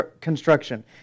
construction